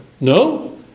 No